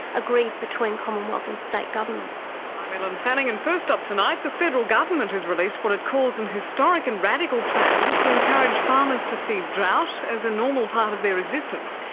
agreed between commonwealth and state governments. i'm ellen fanning, and first up tonight, the federal government has released what it calls an and historic and radical plan to encourage farmers to see drought as a normal part of their existence.